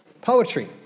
Poetry